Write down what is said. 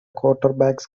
quarterbacks